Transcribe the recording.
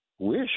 wish